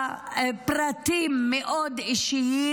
לפרטים מאוד אישיים.